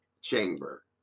chamber